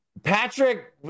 Patrick